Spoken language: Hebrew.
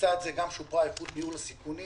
ולצד זה, גם שופרה איכות ניהול הסיכונים